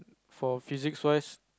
for physic first